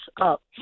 up